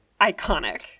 iconic